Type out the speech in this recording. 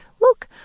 look